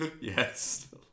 Yes